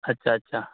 اچھا اچھا